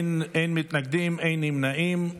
אין מתנגדים, אין נמנעים.